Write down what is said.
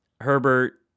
Herbert